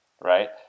right